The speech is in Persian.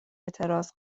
اعتراض